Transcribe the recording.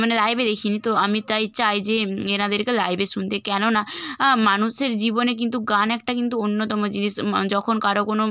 মানে লাইভে দেখিনি তো আমি তাই চাই যে এনাদেরকে লাইভে শুনতে কেননা মানুষের জীবনে কিন্তু গান একটা কিন্তু অন্যতম জিনিস যখন কারো কোনো